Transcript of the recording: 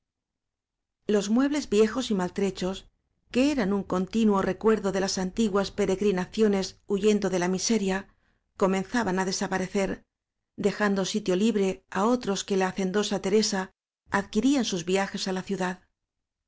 los muebles viejos y maltrechos que eran un continuo recuerdo de las antiguas peregri naciones huyendo de la miseria comenzaban á desaparecer dejando sitio libre á otros que la hacendosa teresa adquiría en sus viajes á la ciudad